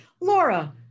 Laura